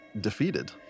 defeated